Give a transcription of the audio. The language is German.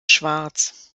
schwarz